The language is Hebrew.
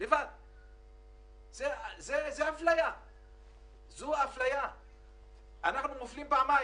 חבר הכנסת ברקת, אנחנו גובים 750